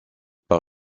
par